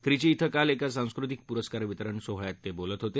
त्रिची इथं काल एका सांस्कृतिक पुरस्कार वितरण सोहळ्यात ते बोलत होते